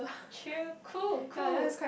chill cool cool